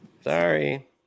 Sorry